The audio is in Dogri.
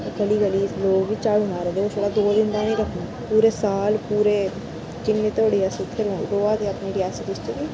गली गली लोक बी झाड़ू मारा दे छड़ा दो दिन दा नी रक्खना पूरे साल पूरे जिन्ने धोड़ी अस इत्थै रौऐ दा आं अपने रियासी डिस्टिक